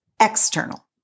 external